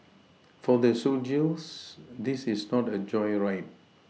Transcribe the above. for the soldiers this is not a joyride